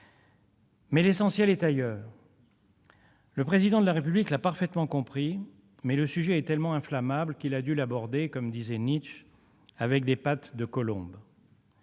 l'essentiel est ailleurs. Le Président de la République l'a parfaitement compris, mais le sujet est tellement inflammable qu'il a dû l'aborder, comme dirait Nietzsche, avec des pattes de colombe.